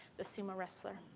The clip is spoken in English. the sumo wrestler.